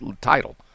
title